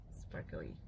sparkly